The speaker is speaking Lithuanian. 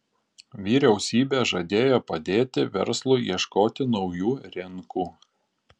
vyriausybė žadėjo padėti verslui ieškoti naujų rinkų